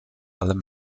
allem